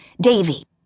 Davy